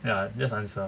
ya just answer